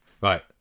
Right